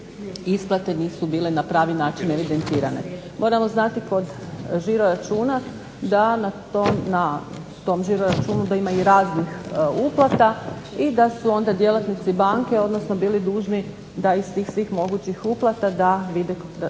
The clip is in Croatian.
isplate nisu bile na pravi način evidentirane. Moramo znati kod žiro-računa da na tom žiro-računu ima i raznih uplata i da su onda djelatnici banke bili dužni da iz tih svih mogućih uplata utvrde koje